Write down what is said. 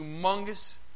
humongous